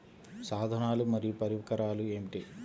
సాధనాలు మరియు పరికరాలు ఏమిటీ?